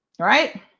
Right